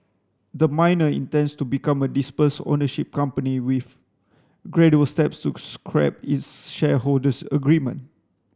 the miner intends to become a dispersed ownership company with gradual steps to scrap its shareholders agreement